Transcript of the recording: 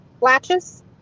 latches